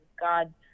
God